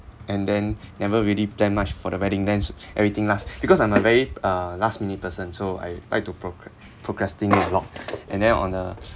and then never really plan much for the wedding thens everything last because I'm a very uh last minute person so I like to procra~ procrastinate lor and then on the